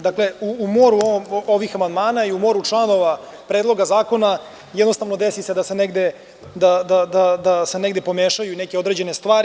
Dakle, u moru ovih amandmana i u moru članova Predloga zakona jednostavno desi se da se negde pomešaju neke određene stvari.